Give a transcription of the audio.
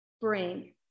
bring